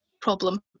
problem